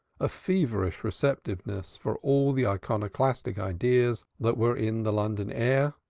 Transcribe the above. a feverish receptiveness for all the iconoclastic ideas that were in the london air,